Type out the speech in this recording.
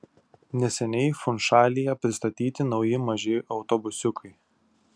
neseniai funšalyje pristatyti nauji maži autobusiukai